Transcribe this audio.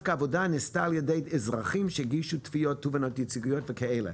העבודה נעשתה דווקא על ידי אזרחים שהגיעו תובענות ייצוגיות וכאלה.